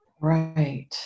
Right